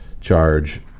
charge